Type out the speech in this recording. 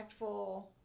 impactful